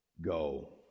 go